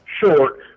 short